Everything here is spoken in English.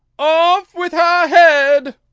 off with her head!